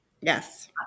Yes